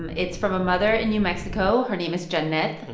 and it's from a mother in new mexico. her name is jannette.